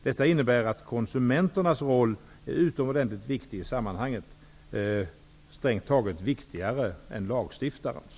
Detta innebär att konsumenternas roll är utomordentligt viktig i sammanhanget, strängt taget viktigare än lagstiftarens.